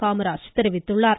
காமராஜ் தெரிவித்துள்ளார்